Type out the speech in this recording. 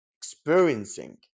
experiencing